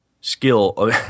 skill